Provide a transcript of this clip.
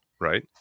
right